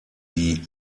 die